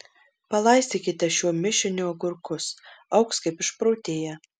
palaistykite šiuo mišiniu agurkus augs kaip išprotėję